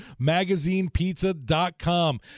magazinepizza.com